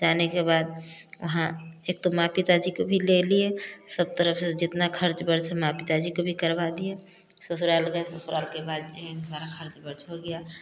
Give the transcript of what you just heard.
जाने के बाद वहाँ एक तो माँ पिताजी को भी ले लिए सब तरफ से जितना खर्च वर्च माँ पिता जी को भी करवा दिए ससुराल गए ससुराल के वजह से सारा खर्च वर्च हो गया